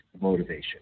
motivation